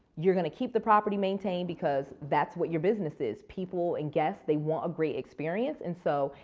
you're going to keep the property maintain because that's what your business is. people and guest, they want a great experience and so,